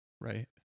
right